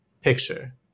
picture